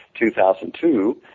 2002